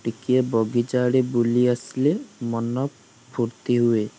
ଟିକେ ବଗିଚା ଆଡ଼େ ବୁଲି ଆସିଲେ ମନ ଫୂର୍ତ୍ତୀ ହୁଏ